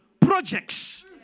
projects